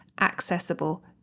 accessible